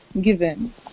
given